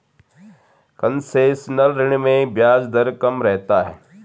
concessional ऋण में ब्याज दर कम रहता है